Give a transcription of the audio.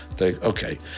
Okay